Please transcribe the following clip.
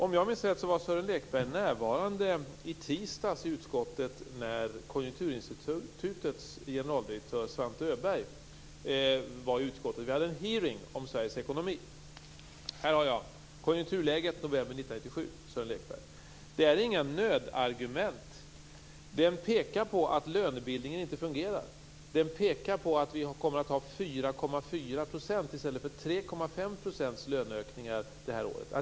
Om jag minns rätt var Sören Lekberg närvarande i utskottet i tisdags när Konjunkturinstitutets generaldirektör Svante Öberg var där. Vi hade en hearing om Sveriges ekonomi. Jag håller i rapporten: Konjunkturläget, november 1997, Sören Lekberg. Det är inget nödargument. Den pekar på att lönebildningen inte fungerar. Den pekar på att vi kommer att ha 4,4 % i stället för 3,5 % löneökningar det här året.